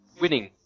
winning